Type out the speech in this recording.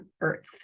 earth